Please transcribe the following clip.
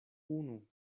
unu